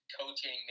Coaching